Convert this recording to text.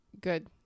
Good